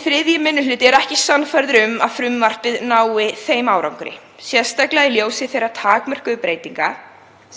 3. minni hluti er ekki sannfærður um að frumvarpið nái þeim árangri, sérstaklega í ljósi þeirra takmörkuðu breytinga